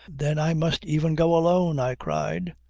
then i must even go alone, i cried.